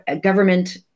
government